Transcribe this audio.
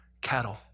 cattle